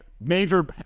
major